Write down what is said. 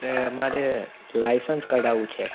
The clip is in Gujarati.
ને મારે લાઇસન્સ કઢાવવું છે